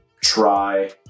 try